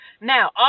Now